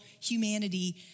humanity